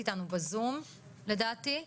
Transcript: בבקשה.